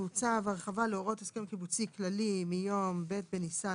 צו הרחבה להוראות הסכם קיבוצי כללי מיום ב' בניסן